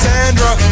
Sandra